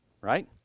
right